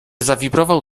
zawibrował